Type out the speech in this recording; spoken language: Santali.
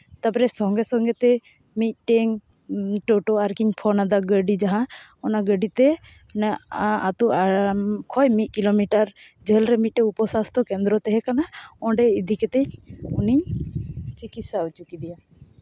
ᱛᱟᱨᱯᱚᱨᱮ ᱥᱚᱸᱜᱮ ᱥᱚᱸᱜᱮ ᱛᱮ ᱢᱤᱫᱴᱮᱱ ᱴᱳᱴᱳ ᱟᱨᱠᱤ ᱯᱷᱳᱱ ᱟᱫᱟ ᱜᱟᱹᱰᱤ ᱡᱟᱦᱟᱸ ᱚᱱᱟ ᱜᱟᱹᱰᱤ ᱛᱮ ᱟᱹᱛᱩ ᱠᱷᱚᱱ ᱢᱤᱫ ᱠᱤᱞᱳᱢᱤᱴᱟᱨ ᱡᱷᱟᱹᱞᱨᱮ ᱢᱤᱫᱴᱟᱱ ᱩᱯᱚ ᱥᱟᱥᱛᱷᱚ ᱠᱮᱫᱽᱨᱚ ᱛᱟᱦᱮᱸ ᱠᱟᱱᱟ ᱚᱸᱰᱮ ᱤᱫᱤ ᱠᱟᱛᱮᱫ ᱩᱱᱤᱧ ᱪᱤᱠᱤᱥᱥᱟ ᱦᱚᱪᱚ ᱠᱮᱫᱮᱭᱟ